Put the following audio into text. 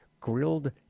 grilled